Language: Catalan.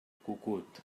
cucut